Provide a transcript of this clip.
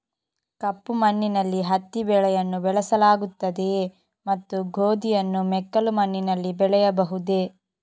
ಕಪ್ಪು ಮಣ್ಣಿನಲ್ಲಿ ಹತ್ತಿ ಬೆಳೆಯನ್ನು ಬೆಳೆಸಲಾಗುತ್ತದೆಯೇ ಮತ್ತು ಗೋಧಿಯನ್ನು ಮೆಕ್ಕಲು ಮಣ್ಣಿನಲ್ಲಿ ಬೆಳೆಯಬಹುದೇ?